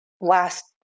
last